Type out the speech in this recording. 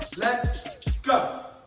let's go.